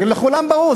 לכולם ברור,